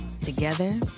Together